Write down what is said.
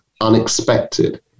unexpected